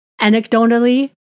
anecdotally